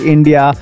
India